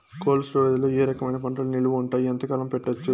Cold storage లో ఏ రకమైన పంటలు నిలువ ఉంటాయి, ఎంతకాలం పెట్టొచ్చు?